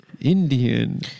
Indian